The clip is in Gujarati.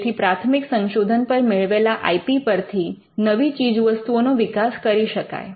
જેથી પ્રાથમિક સંશોધન પર મેળવેલા આઈ પી પરથી નવી ચીજવસ્તુઓનો વિકાસ કરી શકાય